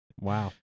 Wow